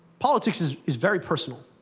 politics is is very personal.